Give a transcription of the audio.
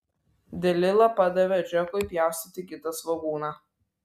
delila padavė džekui pjaustyti kitą svogūną